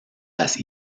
las